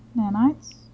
Nanites